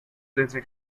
dancing